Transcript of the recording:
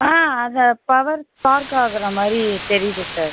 ஆ அதில் power spark ஆகிற மாதிரி தெரியுது சார்